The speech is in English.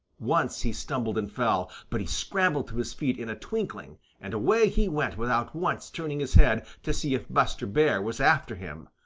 once he stumbled and fell, but he scrambled to his feet in a twinkling, and away he went without once turning his head to see if buster bear was after him.